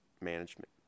management